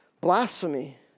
Blasphemy